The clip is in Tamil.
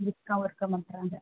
பிரிஸ்க்காகவும் இருக்க மாட்டுங்றாங்க